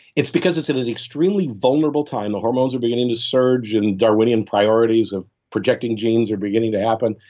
it's because it's an an extremely vulnerable time, the hormones are beginning to surge and darwinian priorities of projecting genes are beginning to happen.